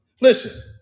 Listen